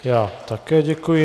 Já také děkuji.